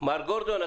מר גורדון,